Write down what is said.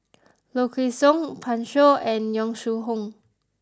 Low Kway Song Pan Shou and Yong Shu Hoong